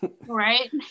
Right